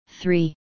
three